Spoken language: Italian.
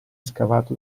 scavato